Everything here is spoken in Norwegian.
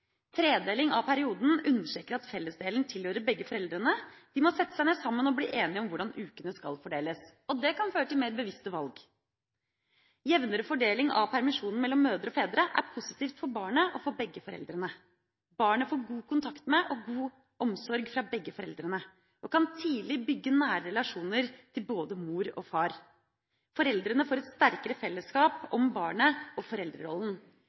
Tredeling av perioden understreker at fellesdelen tilhører begge foreldrene. De må sette seg ned sammen og bli enige om hvordan ukene skal fordeles. Det kan føre til mer bevisste valg. Jevnere fordeling av permisjonen mellom mødre og fedre er positivt for barnet og for begge foreldrene. Barnet får god kontakt med og god omsorg fra begge foreldrene og kan tidlig bygge nære relasjoner til både mor og far. Foreldrene får et sterkere fellesskap om barnet og foreldrerollen.